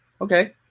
okay